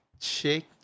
Shake